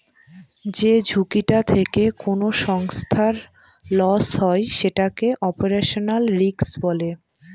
যে ঝুঁকিটা থেকে কোনো সংস্থার লস হয় সেটাকে অপারেশনাল রিস্ক বলে